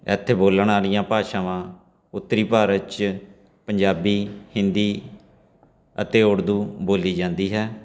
ਇੱਥੇ ਬੋਲਣ ਵਾਲੀਆਂ ਭਾਸ਼ਾਵਾਂ ਉੱਤਰੀ ਭਾਰਤ 'ਚ ਪੰਜਾਬੀ ਹਿੰਦੀ ਅਤੇ ਉਰਦੂ ਬੋਲੀ ਜਾਂਦੀ ਹੈ